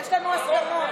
אפשר,